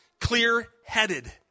clear-headed